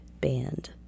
band